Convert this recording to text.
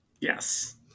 Yes